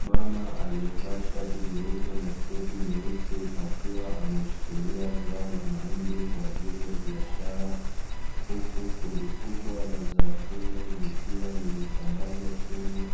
Mama aliye vaa shati jeupe na sketi nyeusi akiwa ameshikilia zao la mahindi kwa ajili ya biashara, huku kundi kubwa la zao hilo likiwa limesambazwa chini,